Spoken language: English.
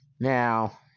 Now